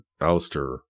Alistair